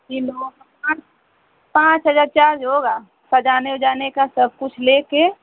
तीन लोगों का पाँच पाँच हज़ार चार्ज होगा सजाने वजाने का सब कुछ लेकर